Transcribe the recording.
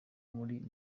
muri